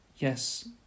Yes